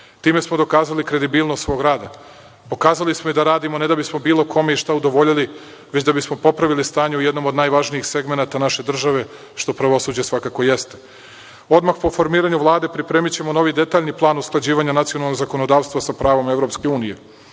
Time smo dokazali kredibilnost svoga rada. Dokazali smo i da radimo ne da bismo bilo kome i šta udovoljili, već da bismo popravili stanje u jednom od najvažnijih segmenata naše države, što pravosuđe svakako jeste. Odmah po formiranju Vlade pripremićemo novi, detaljni plan usklađivanja nacionalnog zakonodavstva sa pravom EU.